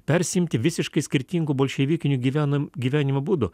persiimti visiškai skirtingų bolševikinių gyvenam gyvenimo būdu